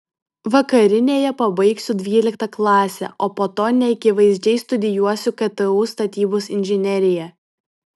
vakarinėje pabaigsiu dvyliktą klasę o po to neakivaizdžiai studijuosiu ktu statybos inžineriją